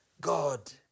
God